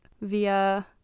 via